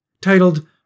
titled